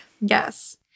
Yes